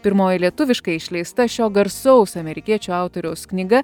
pirmoji lietuviškai išleista šio garsaus amerikiečių autoriaus knyga